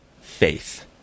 faith